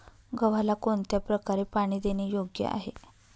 गव्हाला कोणत्या प्रकारे पाणी देणे योग्य आहे?